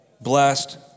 blessed